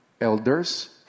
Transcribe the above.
Elders